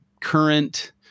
current